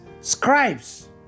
scribes